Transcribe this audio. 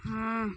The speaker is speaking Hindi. हाँ